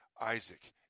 Isaac